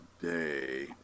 today